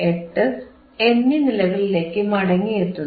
8 എന്നീ നിലകളിലേക്ക് മടങ്ങിയെത്തുന്നു